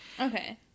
Okay